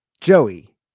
Joey